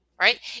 right